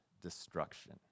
destruction